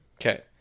Okay